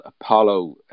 Apollo